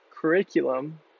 curriculum